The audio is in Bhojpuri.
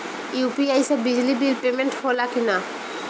यू.पी.आई से बिजली बिल पमेन्ट होला कि न?